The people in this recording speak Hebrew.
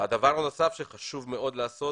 הדבר הנוסף שחשוב מאוד לעשות